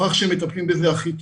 הוכח שהם מטפלים בזה הכי טוב.